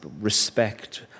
respect